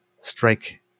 strike